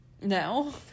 No